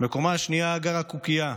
בקומה השנייה גרה קוקייה.